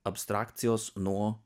abstrakcijos nuo